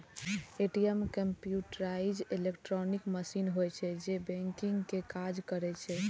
ATM computerised electronic machine होइ छै, जे बैंकिंग के काज करै छै